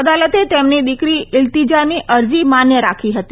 અદાલતે તેમની દીકરી ઇલ્તીજાની અરજી માન્ય રાખી હતી